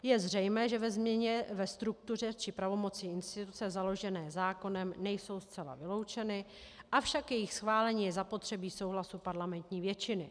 Je zřejmé, že změny ve struktuře či pravomocí instituce založené zákonem nejsou zcela vyloučeny, avšak k jejich schválení je zapotřebí souhlasu parlamentní většiny.